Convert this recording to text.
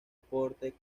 porte